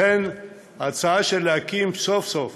לכן, ההצעה להקים סוף-סוף